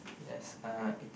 yes uh it's